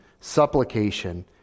supplication